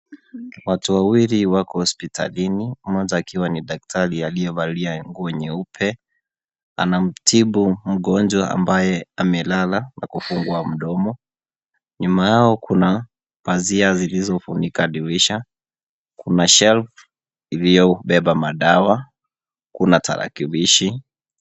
Watu wawili wako hospitalini, mmoja akiwa ni daktari aliyevalia nguo nyeupe. Anamtibu mgonjwa ambaye amelala na kufungua mdomo. Nyuma yao kuna pazia zilizofunika dirisha, kuna shelf iliyobeba madawa, kuna tarakilishi.